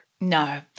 No